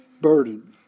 burden